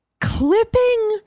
clipping